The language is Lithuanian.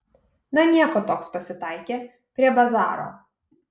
na nieko toks pasitaikė prie bazaro